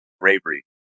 bravery